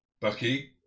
Bucky